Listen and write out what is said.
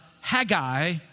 Haggai